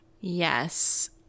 yes